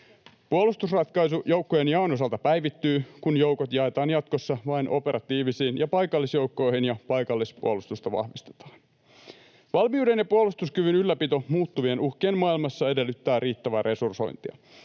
Puolustusratkaisu joukkojen jaon osalta päivittyy, kun joukot jaetaan jatkossa vain operatiivisiin ja paikallisjoukkoihin ja paikallispuolustusta vahvistetaan. Valmiuden ja puolustuskyvyn ylläpito muuttuvien uhkien maailmassa edellyttää riittävää resursointia.